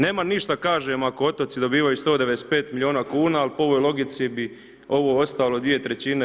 Nemam ništa kažem, ako otoci dobivaju 195 milijuna kuna ali po ovoj logici bi ovo ostalo, 2/